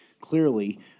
clearly